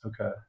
Okay